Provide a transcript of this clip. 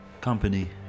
company